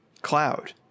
cloud